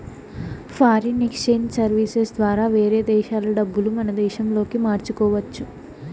foreign exchange services ద్వారా వేరే దేశాల డబ్బులు మన దేశంలోకి మార్చుకోవచ్చు